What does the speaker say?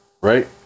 Right